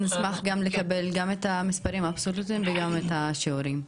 אז נשמח לקבל גם את המספרים האבסולוטיים וגם את השיעורים.